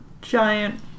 giant